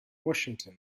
washington